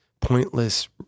pointless